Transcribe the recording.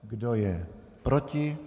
Kdo je proti?